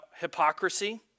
hypocrisy